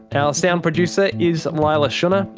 our sound producer is leila shunnar,